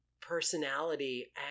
personality